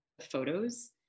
photos